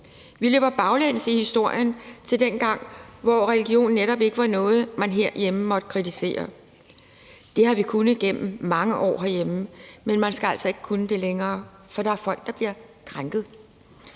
Vi løber baglæns i historien til dengang, hvor religion netop ikke var noget, man herhjemme måtte kritisere. Det har vi kunnet gennem mange år herhjemme, men man skal altså ikke kunne det længere, for der er folk, der bliver krænket.